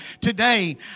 Today